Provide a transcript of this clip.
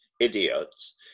idiots